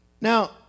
Now